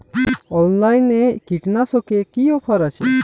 অনলাইনে কীটনাশকে কি অফার আছে?